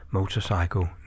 Motorcycle